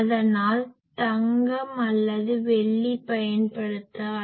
அதனால் தங்கம் அல்லது வெள்ளி பயன்படுத்தலாம்